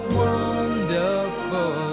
wonderful